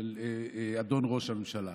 של אדון ראש הממשלה,